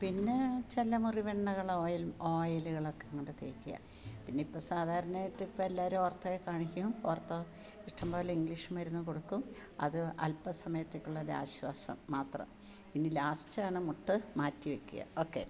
പിന്നെ ചില മുറിവെണ്ണകളോ ഓയില് ഓയിലുകളൊക്കെ അങ്ങോട്ട് തേക്കുക പിന്നെ ഇപ്പോള് സാധാരണ ആയിട്ട് ഇപ്പോള് എല്ലാവരും ഓര്ത്തോയെ കാണിക്കും ഓര്ത്തോ ഇഷ്ടംപോലെ ഇംഗ്ലീഷ് മരുന്ന് കൊടുക്കും അത് അല്പസമയത്തേക്കുള്ളൊരാശ്വാസം മാത്രം ഇനി ലാസ്റ്റാണ് മുട്ട് മാറ്റി വയ്ക്കുക ഓക്കേ